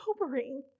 sobering